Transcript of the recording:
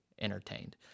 entertained